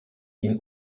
ihn